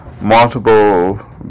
multiple